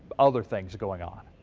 other things going on.